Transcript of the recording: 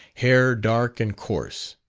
hair dark and coarse.